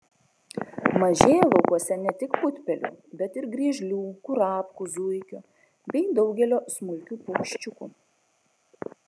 mažėja laukuose ne tik putpelių bet ir griežlių kurapkų zuikių bei daugelio smulkių paukščiukų